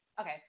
Okay